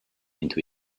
into